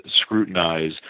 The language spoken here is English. scrutinize